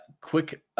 Quick